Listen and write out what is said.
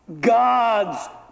God's